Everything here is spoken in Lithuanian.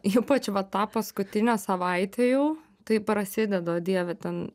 ypač va tą paskutinę savaitę jau tai prasideda o dieve ten